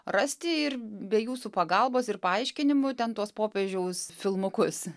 rasti ir be jūsų pagalbos ir paaiškinimų ten tuos popiežiaus filmukus